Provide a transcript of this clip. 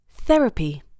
Therapy